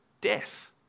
death